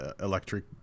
electric